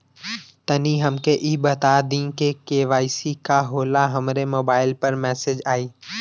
तनि हमके इ बता दीं की के.वाइ.सी का होला हमरे मोबाइल पर मैसेज आई?